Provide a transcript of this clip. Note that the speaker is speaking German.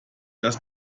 das